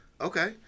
Okay